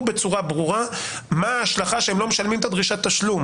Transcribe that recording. בצורה ברורה מה ההשלכה שהם לא משלמים את דרישת התשלום